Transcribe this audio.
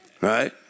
Right